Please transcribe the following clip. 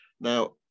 Now